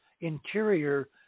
interior